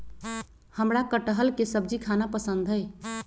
हमरा कठहल के सब्जी खाना पसंद हई